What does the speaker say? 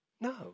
No